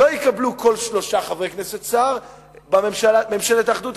לא יקבלו כל שלושה חברי כנסת שר בממשלת האחדות,